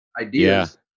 ideas